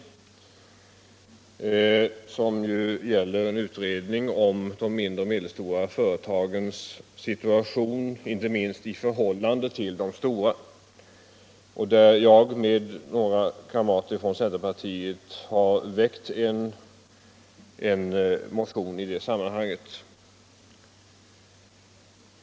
Den reservationen gäller en utredning rötande mindre och medelstora företags situation, inte minst i förhållande till de stora. Jag och några kamrater från centerpartiet har väckt en motion i den frågan.